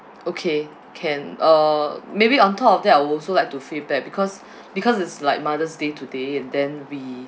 okay can uh maybe on top of that I would also like to feedback because because it's like mother's day today and then we